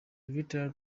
literal